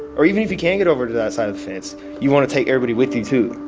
or even if you can get over to that side of the fence, you want to take everybody with you too.